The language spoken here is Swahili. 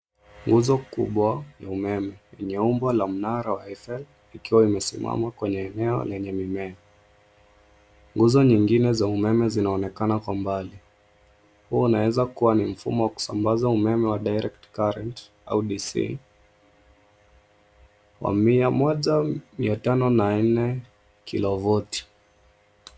Nguzo kubwa ya umeme enye umbo la mnara wa Eifel ikiwa imesimama kwenye eneo lenye mimea. Nguzo nyingine za umeme zinaonekana kwa mbali, huo unaweza kuwa mfumo wa kusambaza umeme wa direct current au DC wa mia moja mia tano na nne kilovolti.